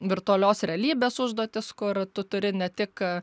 virtualios realybės užduotis kur tu turi ne tik